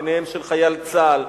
ביניהם של חייל צה"ל,